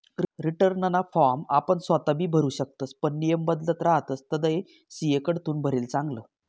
रीटर्नना फॉर्म आपण सोताबी भरु शकतस पण नियम बदलत रहातस तधय सी.ए कडथून भरेल चांगलं